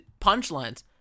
punchlines